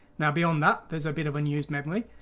now beyond that there's a bit of unused memory,